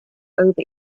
over